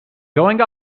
going